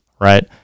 right